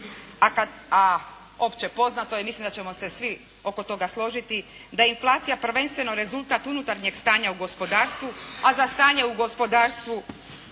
a opće poznato je, mislim da ćemo se svi oko toga složiti, da je inflacija prvenstveno rezultat unutarnjeg stanja u gospodarstvu, a za stanje u gospodarstvu